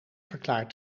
verklaart